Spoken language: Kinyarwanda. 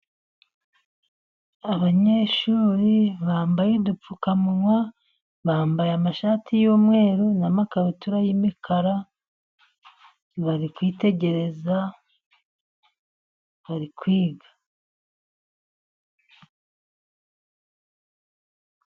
Abanyeshuri bambaye udupfukamunwa, bambaye amashati y'umweru n'amakabutura y'imikara, bari kwitegereza, bari kwiga.